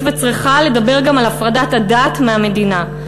וצריכה לדבר גם על הפרדת הדת מהמדינה.